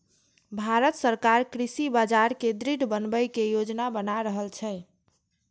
भांरत सरकार कृषि बाजार कें दृढ़ बनबै के योजना बना रहल छै